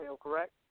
correct